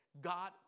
God